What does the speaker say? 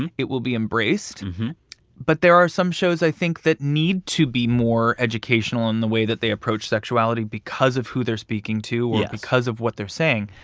and it will be embraced but there are some shows, i think, that need to be more educational in the way that they approach sexuality because of who they're speaking to. yes. or because of what they're saying.